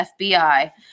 FBI